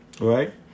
right